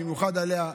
במיוחד עליה,